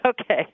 okay